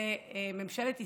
לממשלת ישראל,